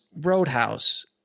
roadhouse